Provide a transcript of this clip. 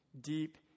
deep